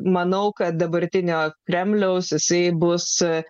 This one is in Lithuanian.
manau kad dabartinio kremliaus jisai bus